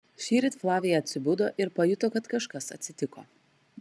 šįryt flavija atsibudo ir pajuto kad kažkas atsitiko